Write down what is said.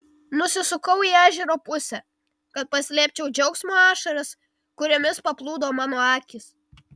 nusisukau į ežero pusę kad paslėpčiau džiaugsmo ašaras kuriomis paplūdo mano akys